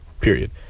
period